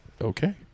Okay